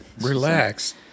Relax